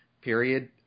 period